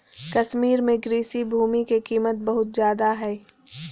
कश्मीर में कृषि भूमि के कीमत बहुत ज्यादा हइ